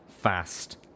fast